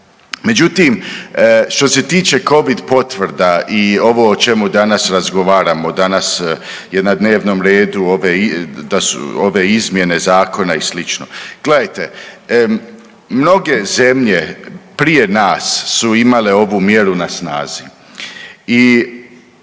Međutim, što se tiče Covid potvrda i ovo o čemu danas razgovaramo, danas je na dnevnom redu ove da su ove izmjene zakona i slično. Gledajte, mnoge zemlje prije nas su imale ovu mjeru na snazi